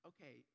Okay